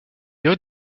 durée